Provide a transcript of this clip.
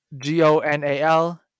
G-O-N-A-L